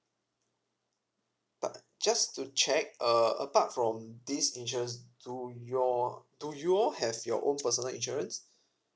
but just to check uh apart from this insurance do your do you all have your own personal insurance